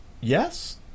Yes